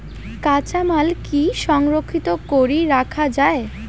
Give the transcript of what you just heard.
কাঁচামাল কি সংরক্ষিত করি রাখা যায়?